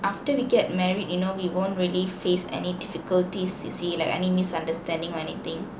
after we get married you know we won't really face any difficulties you see like any misunderstanding or anything